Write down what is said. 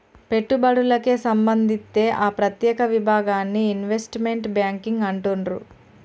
పెట్టుబడులకే సంబంధిత్తే ఆ ప్రత్యేక విభాగాన్ని ఇన్వెస్ట్మెంట్ బ్యేంకింగ్ అంటుండ్రు